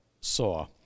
saw